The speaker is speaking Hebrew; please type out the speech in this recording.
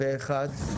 הצבעה בעד, פה אחד ההצעה